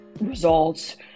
results